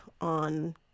on